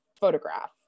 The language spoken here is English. photograph